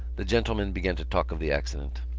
the gentlemen began to talk of the accident.